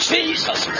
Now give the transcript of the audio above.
Jesus